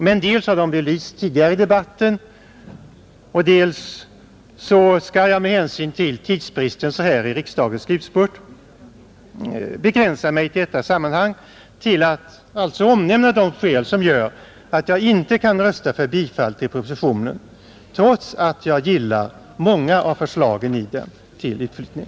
Men dels har de belysts tidigare i debatten och dels skall jag med hänsyn till tidsbristen så här i riksdagens slutspurt begränsa mig i detta sammanhang till att omnämna de skäl som gör att jag inte kan rösta för bifall till propositionen, trots att jag gillar många av dess förslag till utflyttning.